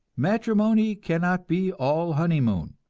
matrimony cannot be all honeymoon.